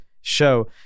show